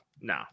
No